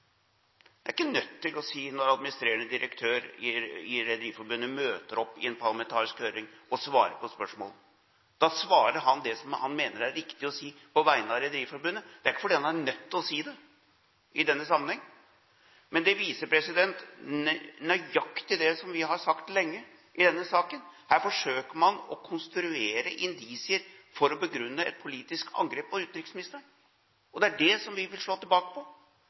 Når administrerende direktør i Rederiforbundet møter opp i en parlamentarisk høring for å svare på spørsmål, er han ikke «nødt til å si». Da svarer han det som han mener det er riktig å si på vegne av Rederiforbundet, det er ikke fordi han er nødt til å si det i denne sammenheng. Men det viser nøyaktig det som vi har sagt lenge i denne saken, at her forsøker man å konstruere indisier for å begrunne et politisk angrep på utenriksministeren. Det er det vi vil slå tilbake på,